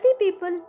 people